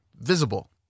visible